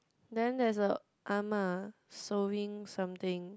then there's a ah ma sewing something